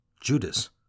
Judas